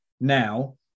now